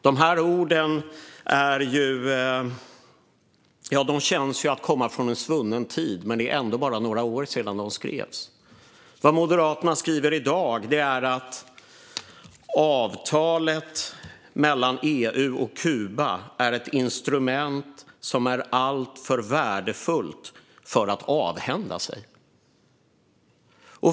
De här orden känns som komna från en svunnen tid, men det är ändå bara några år sedan de skrevs. Vad Moderaterna skriver i dag är att avtalet mellan EU och Kuba är ett instrument som är alltför värdefullt för att avhända sig.